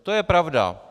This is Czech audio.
To je pravda.